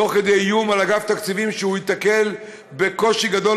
תוך כדי איום על אגף תקציבים שהוא ייתקל בקושי גדול